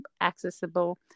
accessible